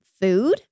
food